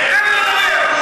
תן לי לדבר.